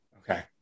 Okay